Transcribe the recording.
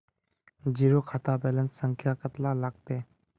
Zero खाता balance संख्या कतला लगते?